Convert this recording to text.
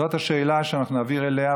זאת השאלה שאנחנו נעביר אליה,